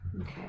okay